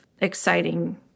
exciting